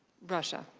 russia.